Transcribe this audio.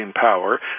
power